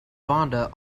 vonda